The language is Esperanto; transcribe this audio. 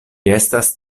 estas